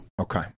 Okay